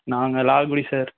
நாங்கள் லால்குடி சார்